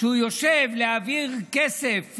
יושב להעביר כסף,